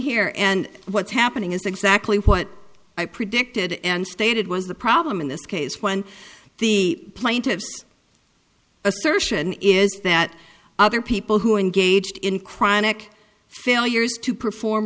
here and what's happening is exactly what i predicted and stated was the problem in this case when the plaintiffs assertion is that other people who engaged in chronic failures to perform